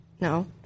No